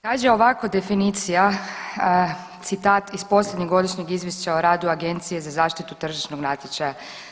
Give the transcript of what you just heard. kaže ovako definicija citat iz posljednjeg godišnjeg izvješća o radu Agencije za zaštitu tržišnog natjecanja.